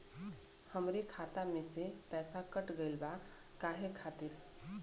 हमरे खाता में से पैसाकट गइल बा काहे खातिर?